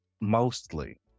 mostly